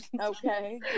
Okay